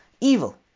evil